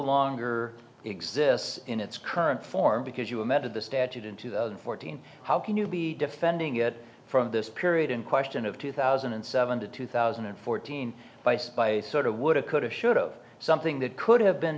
longer exists in its current form because you remember the statute in two thousand and fourteen how can you be defending it from this period in question of two thousand and seven to two thousand and fourteen by said by a sort of woulda coulda should of something that could have been